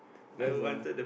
there's a